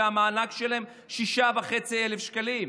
והמענק שלהם הוא 6,500 שקלים.